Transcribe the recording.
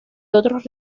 otros